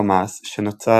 חמאס, שנוסד